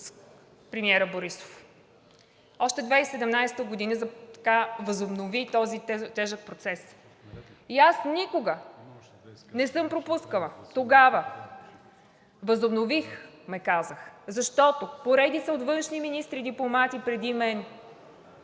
на премиера Борисов, още през 2017 г. възобнови този тежък процес и аз никога не съм пропускала тогава, възобновихме казах, защото поредица от външни министри и дипломати преди мен,